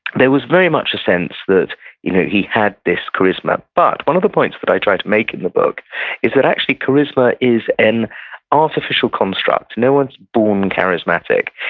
there was very much a sense that you know he had this charisma, but one of the points that but i try to make in the book is that actually charisma is an artificial construct. no one's born charismatic.